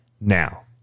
Now